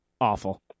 awful